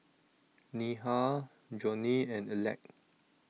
Neha Johnie and Aleck